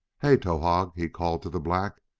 hey, towahg, he called to the black,